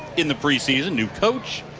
in the preseason, new coach,